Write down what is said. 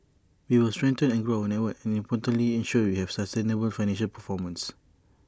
we will strengthen and grow our network and importantly ensure we have A sustainable financial performance